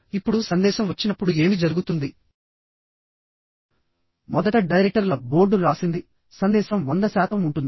ఇప్పుడుసందేశం వచ్చినప్పుడు ఏమి జరుగుతుంది మొదట డైరెక్టర్ల బోర్డు రాసింది సందేశం 100 శాతం ఉంటుంది